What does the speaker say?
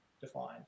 defined